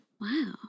Wow